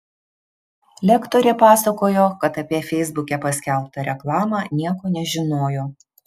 lektorė pasakojo kad apie feisbuke paskelbtą reklamą nieko nežinojo